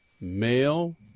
male